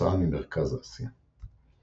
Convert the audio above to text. שמוצאם ממרכז אסיה.